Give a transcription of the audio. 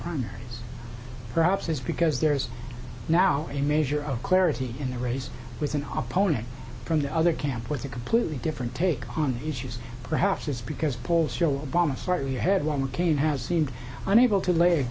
primaries perhaps is because there's now a measure of clarity in the race with an opponent from the other camp with a completely different take on issues perhaps it's because polls show obama slightly ahead while mccain has seemed unable to l